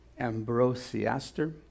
Ambrosiaster